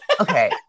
Okay